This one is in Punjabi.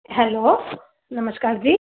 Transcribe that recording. ਹੈਲੋ ਨਮਸਕਾਰ ਜੀ